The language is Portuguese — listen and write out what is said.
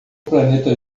planeta